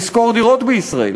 לשכור דירות בישראל.